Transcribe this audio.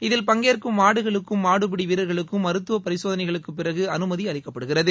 இதில் பங்கேற்கும் மாடுகளுக்கும் மாடுபிடி வீரர்களுக்கும் மருத்துவ பரிசோதளைக்குப் பிறகு அனுமதி அளிக்கப்படுகிறது